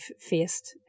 faced